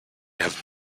have